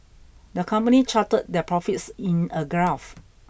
the company charted their profits in a graph